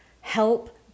Help